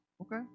Okay